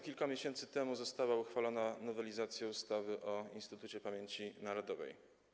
Kilka miesięcy temu została uchwalona nowelizacja ustawy o Instytucie Pamięci Narodowej.